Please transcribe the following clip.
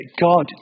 God